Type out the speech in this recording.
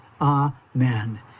Amen